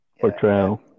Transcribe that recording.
portrayal